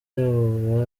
yabo